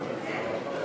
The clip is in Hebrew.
נתקבל.